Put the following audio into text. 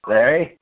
Larry